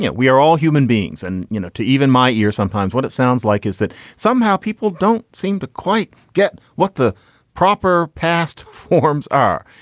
we are all human beings. and, you know, to even my ear, sometimes what it sounds like is that somehow people don't seem to quite get what the proper past forms are.